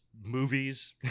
movies